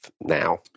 now